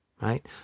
Right